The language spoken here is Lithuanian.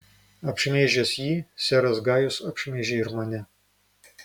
apšmeižęs jį seras gajus apšmeižė ir mane